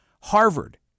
Harvard